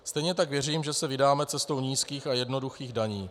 Stejně tak věřím, že se vydáme cestou nízkých a jednoduchých daní.